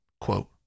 quote